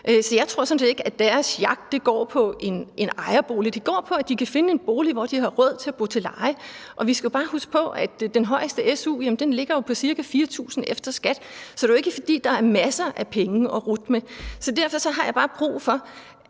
sådan set ikke, at deres jagt går på at købe en ejerbolig; den går på, at de kan finde en bolig, hvor de har råd til at bo til leje. Vi skal jo bare huske på, at den højeste su ligger på ca. 4.000 kr. efter skat, så det er jo ikke, fordi der er masser af penge at rutte med. Derfor har jeg bare brug for